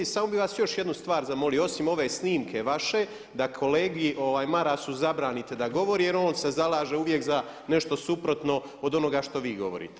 Samo bi vas još jednu stvar zamolio, osim ove snimke vaše da kolegi Marasu zabranite da govori jer on se zalaže uvijek za nešto suprotno od onoga što vi govorite.